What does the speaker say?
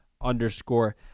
underscore